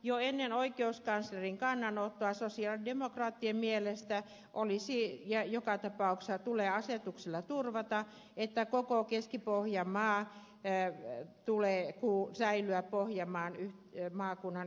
jo ennen oikeuskanslerin kannanottoa sosialidemokraatit olivat sitä mieltä ja joka tapauksessa tulee asetuksella turvata että koko keski pohjanmaan tulee säilyä pohjanmaan maakunnan yhteistoiminta alueessa